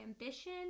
ambition